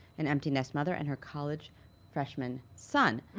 an empty nest mother, and her college freshman son.